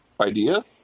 idea